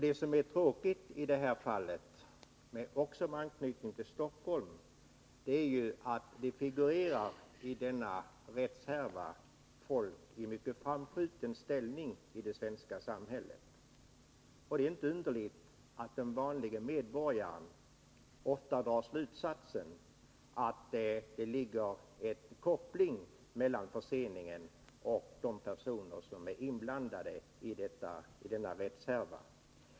Det som är tråkigt i det här fallet just när det gäller Stockholm är att det i denna rättshärva figurerar folk i mycket framskjuten ställning i det svenska samhället. Det är inte underligt att den vanliga medborgaren ofta drar slutsatsen att det finns en koppling mellan förseningen och de personer som är inblandade i denna rättshärva.